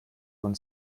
von